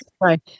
right